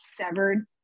severed